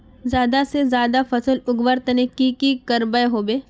ज्यादा से ज्यादा फसल उगवार तने की की करबय होबे?